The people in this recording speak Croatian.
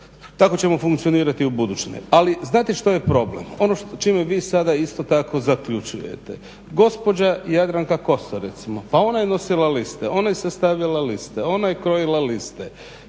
tako ćemo funkcionirati i u buduće. Ali znate što je problem? Ono čime vi sada isto tako zaključujete. Gospođa Jadranka Kosor, recimo. Pa ona je nosila liste, ona je sastavljala liste, ona je krojila liste.